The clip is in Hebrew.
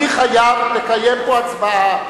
אני חייב לקיים פה הצבעה,